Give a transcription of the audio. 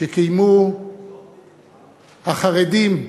שקיימו החרדים,